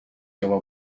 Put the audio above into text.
яваа